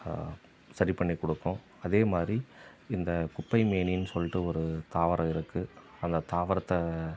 சரிபண்ணி கொடுக்கும் அதேமாதிரி இந்த குப்பைமேனின்னு சொல்லிட்டு ஒரு தாவரம் இருக்குது அந்த தாவரத்தை